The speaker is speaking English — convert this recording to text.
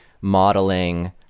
modeling